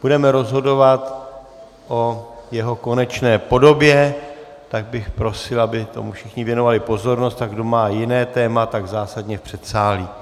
Budeme rozhodovat o jeho konečné podobě, tak bych prosil, aby tomu všichni věnovali pozornost, a kdo má jiné téma, tak zásadně v předsálí.